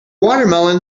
watermelon